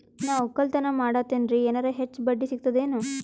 ನಾ ಒಕ್ಕಲತನ ಮಾಡತೆನ್ರಿ ಎನೆರ ಹೆಚ್ಚ ಬಡ್ಡಿ ಸಿಗತದೇನು?